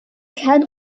kern